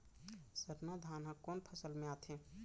सरना धान ह कोन फसल में आथे?